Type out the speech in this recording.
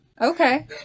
Okay